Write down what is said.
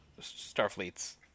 Starfleet's